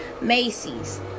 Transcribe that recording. Macy's